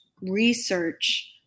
research